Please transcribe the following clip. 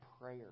prayer